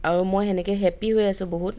আৰু মই সেনেকৈ হেপ্পী হৈ আছোঁ বহুত